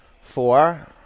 Four